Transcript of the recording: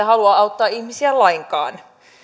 halua auttaa ihmisiä lainkaan